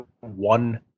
one